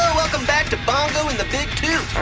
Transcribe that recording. welcome back to bongo and the big toot.